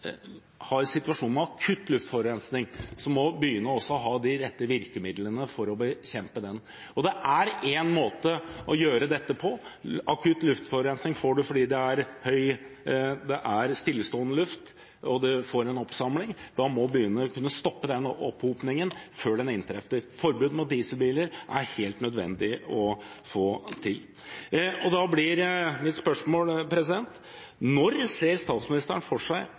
med akutt luftforurensning, må byene også ha de rette virkemidlene for å bekjempe den. Det er én måte å gjøre dette på: Akutt luftforurensning får man fordi det er stillestående luft, og man får en oppsamling, og da må byene kunne stoppe denne opphopningen før den inntreffer. Et forbud mot dieselbiler er det helt nødvendig å få til. Da blir mitt spørsmål: Når ser statsministeren for seg